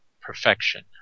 perfection